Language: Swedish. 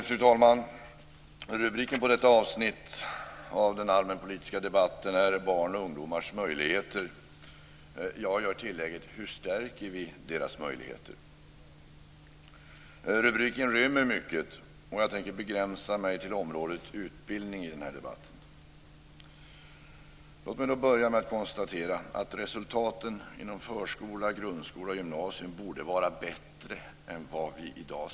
Fru talman! Rubriken på detta avsnitt av den allmänpolitiska debatten är Barns och ungdomars möjligheter. Jag gör tillägget: Hur stärker vi deras möjligheter? Rubriken rymmer mycket. Jag tänker begränsa mig till området utbildning i den här debatten. Låt mig börja med att konstatera att resultaten inom förskola, grundskola och gymnasium borde vara bättre än vad vi ser i dag.